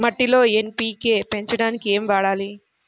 మట్టిలో ఎన్.పీ.కే పెంచడానికి ఏమి వాడాలి?